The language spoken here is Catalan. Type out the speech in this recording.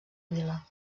vila